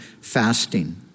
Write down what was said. fasting